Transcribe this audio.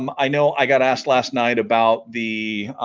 um i know i got asked last night about the